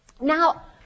Now